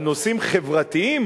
על נושאים חברתיים,